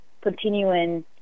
continuing